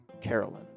Carolyn